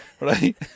Right